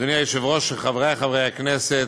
אדוני היושב-ראש, חברי חברי הכנסת,